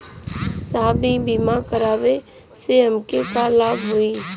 साहब इ बीमा करावे से हमके का लाभ होई?